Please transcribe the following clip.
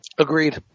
Agreed